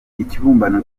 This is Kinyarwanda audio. ikibumbano